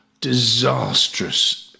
disastrous